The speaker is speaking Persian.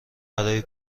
برای